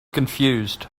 confused